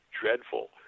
dreadful